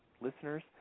listeners